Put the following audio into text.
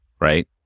right